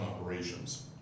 operations